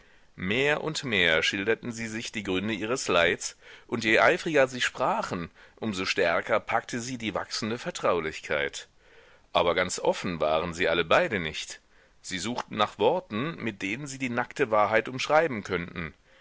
mehr und mehr schilderten sie sich die gründe ihres leids und je eifriger sie sprachen um so stärker packte sie die wachsende vertraulichkeit aber ganz offen waren sie alle beide nicht sie suchten nach worten mit denen sie die nackte wahrheit umschreiben könnten